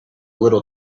little